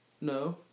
No